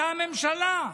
אתה הממשלה,